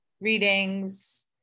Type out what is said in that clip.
readings